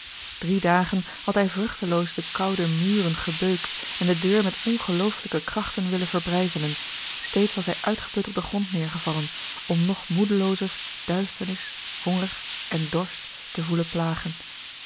drie dagen had hij vruchteloos de koude muren gebeukt en de deur met ongeloofelijke krachten willen verbrijzelen steeds was hij uitgeput op den grond neêrgevallen om nog moedeloozer duisternis honger en dorst te voelen plagen